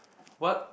what